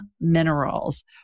Minerals